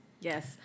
yes